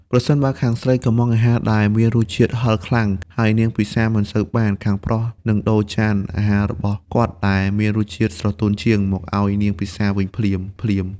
ប្រសិនបើខាងស្រីកុម្ម៉ង់អាហារដែលមានរសជាតិហឹរខ្លាំង ហើយនាងពិសារមិនសូវបាន ខាងប្រុសនឹងដូរចានអាហាររបស់គាត់ដែលមានរសជាតិស្រទន់ជាង មកឱ្យនាងពិសារវិញភ្លាមៗ។